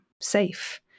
safe